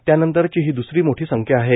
त्यानंतरची ही द्रसरी मोठी संख्या आहे